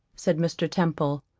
said mr. temple,